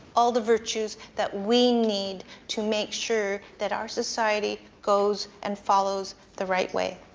all the virtues that we need to make sure that our society goes and follows the right way.